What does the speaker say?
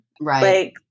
Right